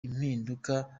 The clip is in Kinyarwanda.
impinduka